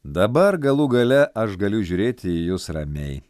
dabar galų gale aš galiu žiūrėti į jus ramiai